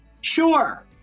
Sure